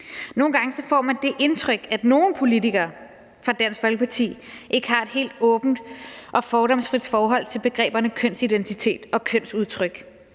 Nogle gange får man det indtryk, at nogle politikere fra Dansk Folkeparti ikke har et helt åbent og fordomsfrit forhold til begreberne kønsidentitet og kønsudtryk,